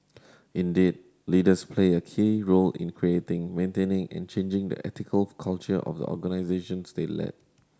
indeed leaders play a key role in creating maintaining and changing the ethical culture of the organisations they lead